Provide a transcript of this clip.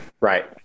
Right